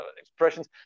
expressions